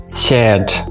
shared